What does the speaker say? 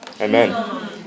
Amen